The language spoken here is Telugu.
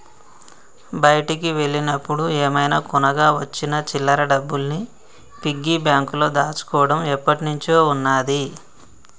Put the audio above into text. బయటికి వెళ్ళినప్పుడు ఏమైనా కొనగా వచ్చిన చిల్లర డబ్బుల్ని పిగ్గీ బ్యాంకులో దాచుకోడం ఎప్పట్నుంచో ఉన్నాది